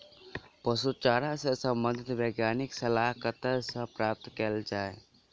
पशु चारा सऽ संबंधित वैज्ञानिक सलाह कतह सऽ प्राप्त कैल जाय?